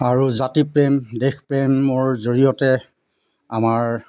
আৰু জাতি প্ৰেম দেশ প্ৰেমৰ জৰিয়তে আমাৰ